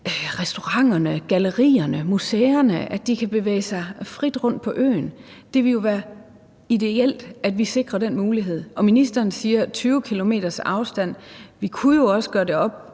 restauranterne, gallerierne, museerne, at de kan bevæge sig frit rundt på øen. Det ville være jo ideelt, at vi sikrer den mulighed. Ministeren siger: 20 km's afstand. Vi kunne jo også gøre det op